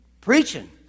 preaching